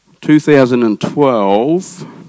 2012